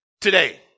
today